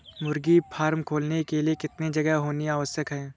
मुर्गी फार्म खोलने के लिए कितनी जगह होनी आवश्यक है?